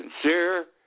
sincere